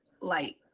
light